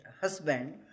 husband